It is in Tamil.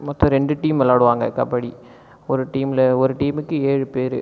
மொத்தம் ரெண்டு டீம் விளையாடுவாங்க கபடி ஒரு டீமில் ஒரு டீமுக்கு ஏழு பேர்